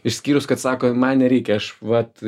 išskyrus kad sako man nereikia aš vat